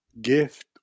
gift